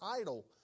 idol